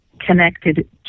connected